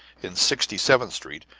in sixty-seventh street,